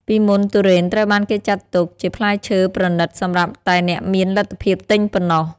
ពីមុនទុរេនត្រូវបានគេចាត់ទុកជាផ្លែឈើប្រណីតសម្រាប់តែអ្នកមានលទ្ធភាពទិញប៉ុណ្ណោះ។